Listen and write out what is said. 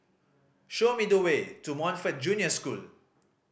show me the way to Montfort Junior School